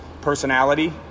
personality